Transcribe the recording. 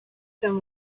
them